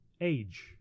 age